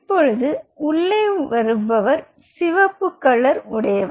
இப்பொழுது உள்ளே வருபவர் சிவப்பு கலர் உடையவர்